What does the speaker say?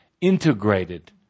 integrated